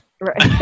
Right